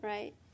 Right